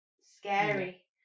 scary